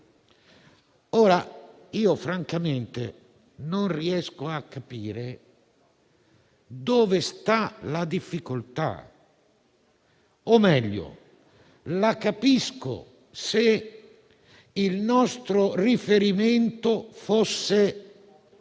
percorso. Francamente non riesco a capire dov'è la difficoltà o meglio la capisco, se il nostro riferimento fosse